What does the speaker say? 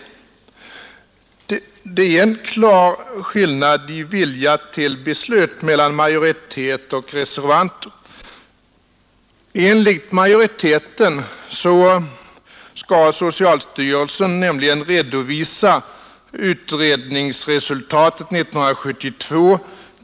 Det är en klar skillnad i vilja till beslut mellan majoritet och reservanter. Enligt majoriteten skall socialstyrelsen nämligen redovisa utredningsresultatet 1972.